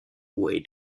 way